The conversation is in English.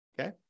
Okay